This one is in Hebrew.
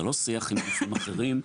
זה לא שיח עם גופים אחרים,